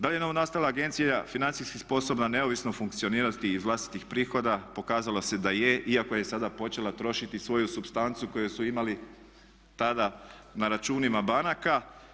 Da li je novonastala agencija financijski sposobna neovisno funkcionirati iz vlastitih prihoda pokazalo se da je, iako je sada počela trošiti svoju supstancu koju su imali tada na računima banaka.